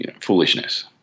foolishness